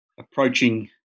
approaching